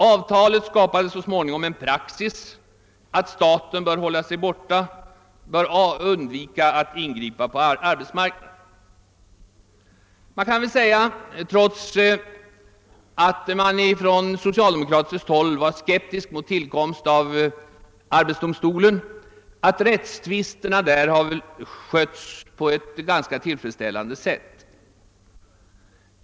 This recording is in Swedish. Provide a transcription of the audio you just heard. Avtalet skapade så småningom en praxis att staten bör hålla sig borta, bör undvika att ingripa på arbetsmarknaden. Trots att man på socialdemokratiskt håll var skeptisk mot arbetsdomstolen vid dess tillkomst kan det väl sägas att rättstvisterna skötts på ett tillfredsställande sätt.